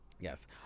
Yes